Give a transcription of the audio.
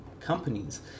companies